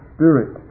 Spirit